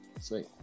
sweet